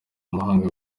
amahanga